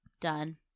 done